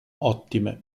ottime